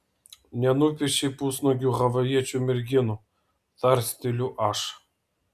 nenupiešei pusnuogių havajiečių merginų tarsteliu aš